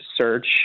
search